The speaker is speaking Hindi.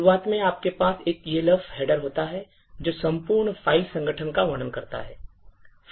शुरुआत में आपके पास एक Elf हेडर होता है जो संपूर्ण फ़ाइल संगठन का वर्णन करता है